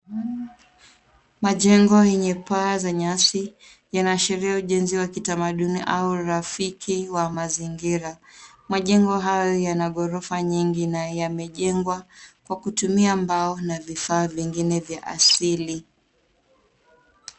Majengo yenye paa za nyasi yanaashiria ujenzi wa kitamaduni au rafiki wa mazingira. Majengo haya yana ghorofa nyingi na yamejengwa kwa kutumia mbao na vifaa vingine vya asili.